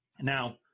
Now